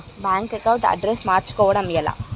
Bank account address మార్చుకోవడం ఎలా?